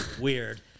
weird